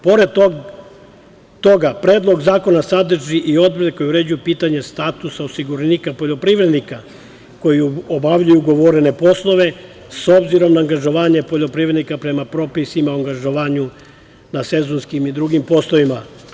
Pored toga, predlog zakona sadrži i odredbe koje uređuju pitanje statusa osiguranika poljoprivrednika koji obavljaju ugovorene poslove, s obzirom na angažovanje poljoprivrednika prema propisima o angažovanju na sezonskim i drugim poslovima.